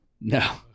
No